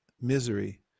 misery